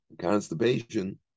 constipation